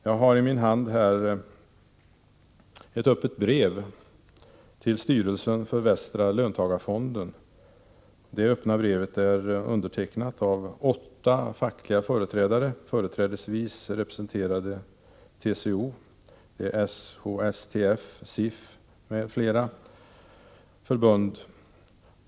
Jag har här i min hand ett öppet brev till styrelsen för Västra löntagarfonden. Detta öppna brev är undertecknat av åtta fackliga företrädare, huvudsakligen representerande TCO — SHSTF, SIF m.fl. förbund.